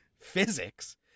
physics